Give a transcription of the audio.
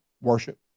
Worship